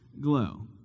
glow